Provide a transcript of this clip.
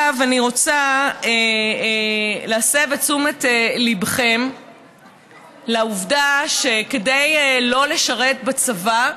אני רוצה להסב את תשומת ליבכם לעובדה שכדי לא לשרת בצבא,